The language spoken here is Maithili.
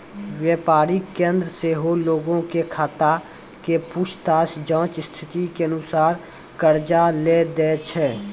व्यापारिक केन्द्र सेहो लोगो के खाता के पूछताछ जांच स्थिति के अनुसार कर्जा लै दै छै